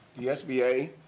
the sba,